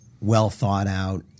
well-thought-out